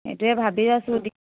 এইটোৱেই ভাবি আছোঁ